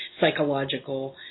psychological